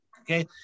Okay